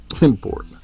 Important